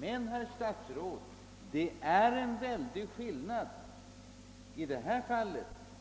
Men, herr statsråd, det är en väldig skillnad i detta fall,